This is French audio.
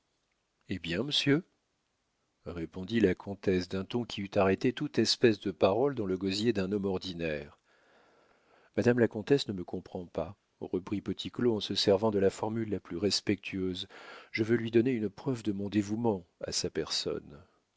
eh bien monsieur répondit la comtesse d'un ton qui eût arrêté toute espèce de parole dans le gosier d'un homme ordinaire madame la comtesse ne me comprend pas reprit petit claud en se servant de la formule la plus respectueuse je veux lui donner une preuve de mon dévouement à sa personne